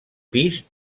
pis